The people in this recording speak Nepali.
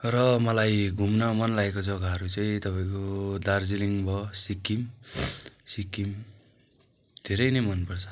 र मलाई घुम्न मन लागेको जग्गाहरू चाहिँ तपाईँको दार्जिलिङ भयो सिक्किम सिक्किम धेरै नै मन पर्छ